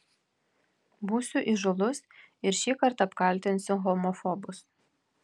būsiu įžūlus ir šįkart apkaltinsiu homofobus